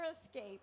escape